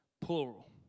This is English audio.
plural